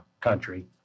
country